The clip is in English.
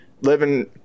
living